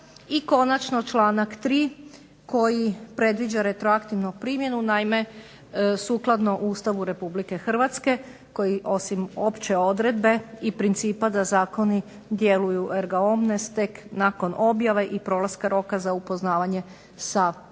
I konačno, članak 3. koji predviđa retroaktivnu primjenu, naime sukladno Ustavu Republike Hrvatske koji osim opće odredbe i principa da zakoni djeluju erga omnes, tek nakon objave i prolaska roka za upoznavanje sa zakonom,